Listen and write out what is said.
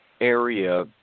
area